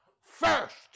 first